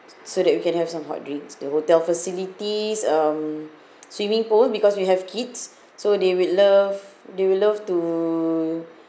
so that we can have some hot drinks the hotel facilities um swimming pool because we have kids so they would love they would love to